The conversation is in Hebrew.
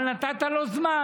אבל נתת לו זמן.